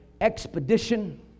expedition